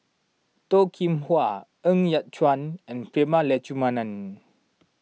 Toh Kim Hwa Ng Yat Chuan and Prema Letchumanan